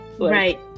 Right